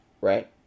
right